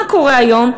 מה קורה היום?